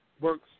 works